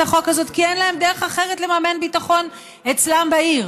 החוק הזאת כי אין להם דרך אחרת לממן ביטחון אצלם בעיר,